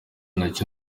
nacyo